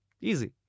easy